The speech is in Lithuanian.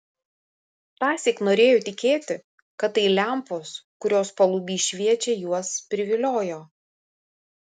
tąsyk norėjo tikėti kad tai lempos kurios paluby šviečia juos priviliojo